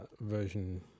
version